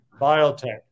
biotech